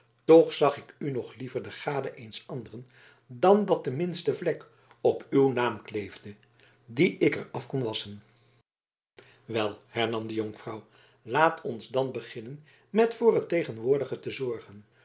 toch zag ik u nog liever de gade eens anderen dan dat de minste vlek op uw naam kleefde die ik er af kon wasschen wel hernam de jonkvrouw laat ons dan beginnen met voor het tegenwoordige te zorgen